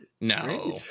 No